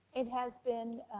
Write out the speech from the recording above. it has been,